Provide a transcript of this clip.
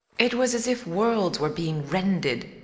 it was as if worlds were being rended.